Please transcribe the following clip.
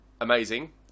Amazing